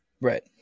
Right